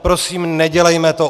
Prosím, nedělejme to.